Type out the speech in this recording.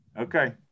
Okay